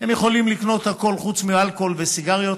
הן יכולות לקנות הכול חוץ מאלכוהול וסיגריות.